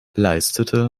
leistete